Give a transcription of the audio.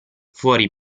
fuori